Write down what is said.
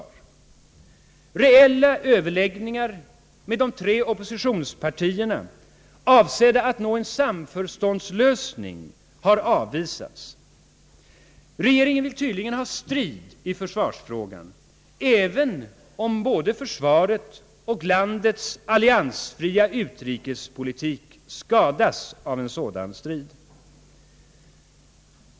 Förslag om reella överläggningar med de tre oppositionspartierna, avsedda att nå en samförståndslösning, har avvisats. Regeringen vill tydligen ha strid i försvarsfrågan, även om både försvaret och landets alliansfria utrikespolitik skadas härav.